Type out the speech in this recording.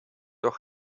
auch